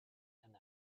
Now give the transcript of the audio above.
and